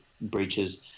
breaches